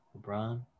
LeBron